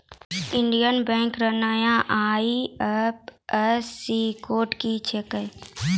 Indian bank रो नया IFSC code की छिकै